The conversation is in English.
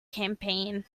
campaign